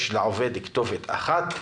יש לעובד כתובת אחת,